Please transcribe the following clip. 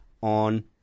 on